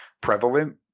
prevalent